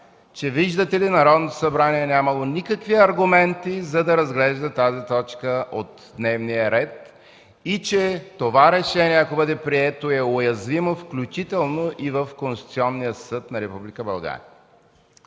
че виждате ли, Народното събрание нямало никакви аргументи, за да разглежда тази точка от дневния ред и че това решение, ако бъде прието, е уязвимо, включително и в Конституционния съд на